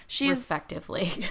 respectively